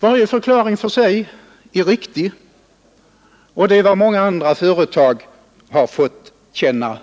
Varje enskild förklaring är riktig. Detta är vad många andra företag har fått känna